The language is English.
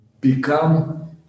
become